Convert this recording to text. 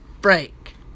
break